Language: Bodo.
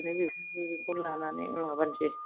ओमफ्राय बेखौनो लानानै माबानोसै